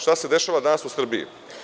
Šta se dešava danas u Srbiji?